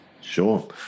Sure